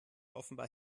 offenbar